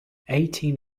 eighteen